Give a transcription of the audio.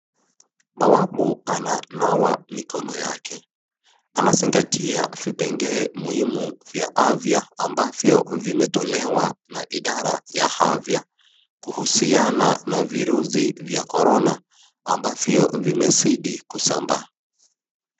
Bawabu ananawa mikono yake, anazingatia vipengee muhimu vya afya ambavyo vimetolewa na idara ya afya kuhusiana na virusi vya corona ambavyo vimezidi kusambaa.